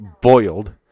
boiled